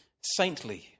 saintly